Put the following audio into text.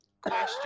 Question